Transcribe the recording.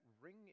ring